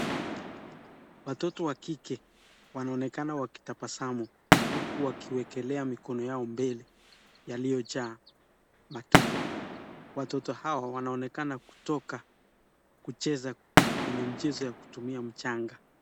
Watoto wa kike wanaonekana wakitabasamu huku wakiwekelea mikono yao mbele yaliyojaa matope. Watoto hao wanaonekana kutoka kucheza kwenye mchezo ya kutumia mchanga.